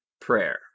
prayer